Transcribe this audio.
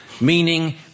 meaning